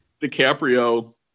DiCaprio